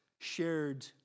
shared